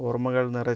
ഓർമ്മകൾ